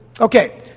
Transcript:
Okay